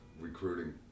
recruiting